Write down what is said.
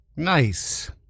nice